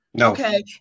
Okay